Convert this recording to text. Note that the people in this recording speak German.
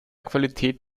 qualität